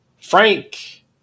Frank